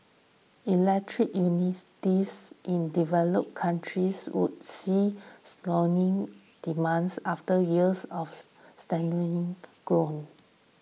Electric Utilities in developed countries would see soaring demand after years of stagnating growth